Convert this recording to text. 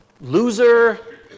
loser